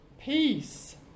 peace